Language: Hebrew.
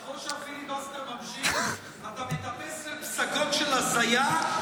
ככל שהפיליבסטר ממשיך אתה מטפס לפסגות של הזיה,